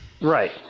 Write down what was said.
Right